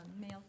Male